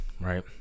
right